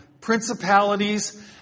principalities